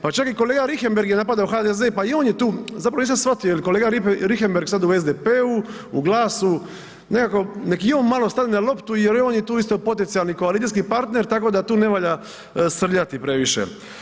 Pa čak i kolega Richembergh je napadao HDZ pa i on je tu zapravo nisam shvatio jel kolega Richembergh sad u SDP-u, u GLAS-u nekako nek i on malo stane na loptu jer i on je tu potencijalni koalicijski partner tako da tu ne valja srljati previše.